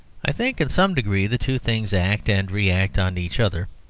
i think in some degree the two things act and re-act on each other.